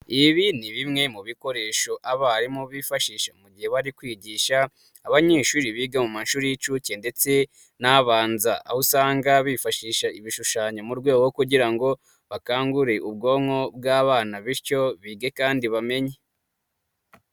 Ibi ni bimwe mu bikoresho abarimu bifashisha mu gihe bari kwigisha, abanyeshuri biga mu mashuri y'inshuke ndetse n'abanza, aho usanga bifashisha ibishushanyo mu rwego kugira ngo bakangure ubwonko bw'abana bityo bige kandi bamenye.